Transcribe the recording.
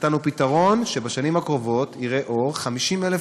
נתנו פתרון שבשנים הקרובות יראה אור: 50,000